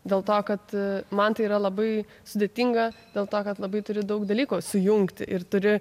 dėl to kad man tai yra labai sudėtinga dėl to kad labai turi daug dalykų sujungti ir turi